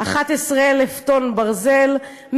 11,000 טון ברזל,